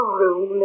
room